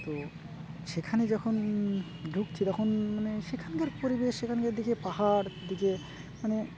তো সেখানে যখন ঢুকছি তখন মানে সেখানকার পরিবেশ সেখানকার দিকে পাহাড় দিকে মানে